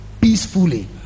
peacefully